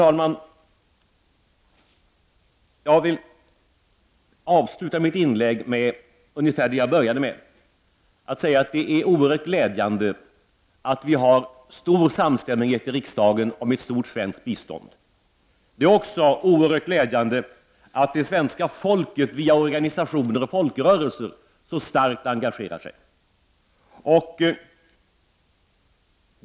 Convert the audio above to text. Jag vill avsluta mitt inlägg med ungefär det jag började med och säga att det är oerhört glädjande att vi har stor samstämmighet i riksdagen om ett stort svenskt bistånd. Det är också oerhört glädjande att svenska folket via organisationer och folkrörelser engagerar sig så starkt.